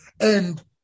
and-